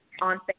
on